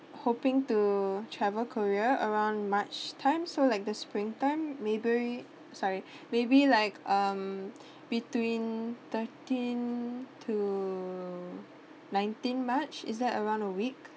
hoping to travel korea around march time so like the springtime maybe sorry maybe like um between thirteen to nineteen march it's that around a week